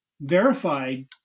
verified